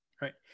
Right